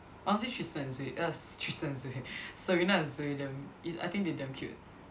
honestly tTristen and Zway uh Tristen and Zway Serena and Zway damn is I think they damn cute